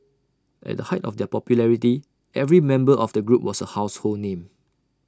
at the height of their popularity every member of the group was A household name